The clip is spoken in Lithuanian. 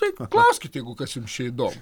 tai paklauskit jeigu kas jums čia įdomu